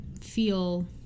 feel